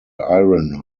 iron